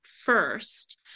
first